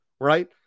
right